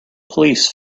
police